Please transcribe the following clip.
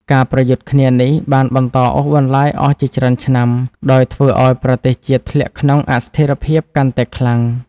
ការប្រយុទ្ធគ្នានេះបានបន្តអូសបន្លាយអស់ជាច្រើនឆ្នាំ ដោយធ្វើឱ្យប្រទេសជាតិធ្លាក់ក្នុងអស្ថិរភាពកាន់តែខ្លាំង។